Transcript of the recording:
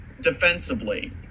defensively